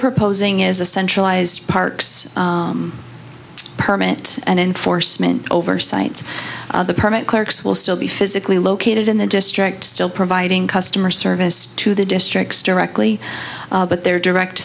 proposing is a centralized parks permit and enforcement oversight the permit clerks will still be physically located in the district still providing customer service to the districts directly but their direct